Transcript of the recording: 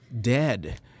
dead